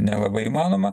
nelabai įmanoma